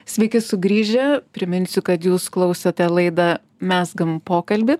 sveiki sugrįžę priminsiu kad jūs klausote laidą mezgam pokalbį